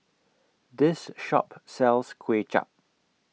This Shop sells Kuay Chap